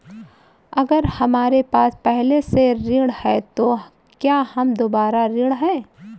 अगर हमारे पास पहले से ऋण है तो क्या हम दोबारा ऋण हैं?